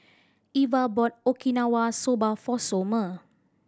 Iva bought Okinawa Soba for Somer